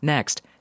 Next